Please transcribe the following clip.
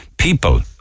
people